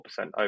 over